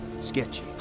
sketchy